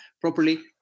properly